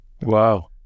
Wow